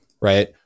right